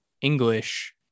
English